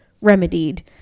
remedied